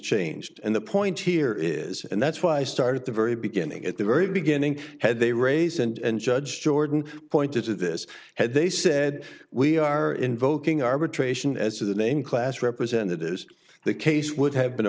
changed and the point here is and that's why i start at the very beginning at the very beginning had they raise and judge jordan pointed to this had they said we are invoking arbitration as to the name class representatives the case would have been